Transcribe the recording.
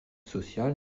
social